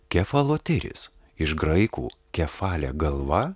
kefalotiris iš graikų kefalė galva